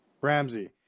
Ramsey